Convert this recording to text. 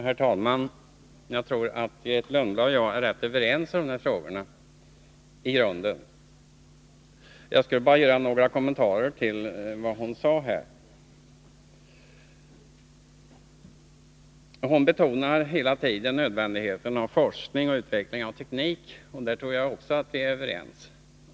Herr talman! Jag tror att Grethe Lundblad och jag i grunden är rätt överens de här frågorna. Jag skall bara göra några kommentarer till vad hon sade. Grethe Lundblad betonar hela tiden nödvändigheten av forskning och utveckling av teknik. På den punkten tror jag också att vi är överens.